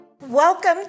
Welcome